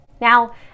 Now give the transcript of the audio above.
Now